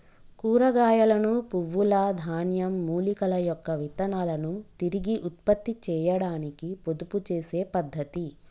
కూరగాయలను, పువ్వుల, ధాన్యం, మూలికల యొక్క విత్తనాలను తిరిగి ఉత్పత్తి చేయాడానికి పొదుపు చేసే పద్ధతి